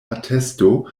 atesto